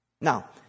Now